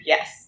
Yes